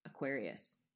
aquarius